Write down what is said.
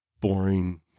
boring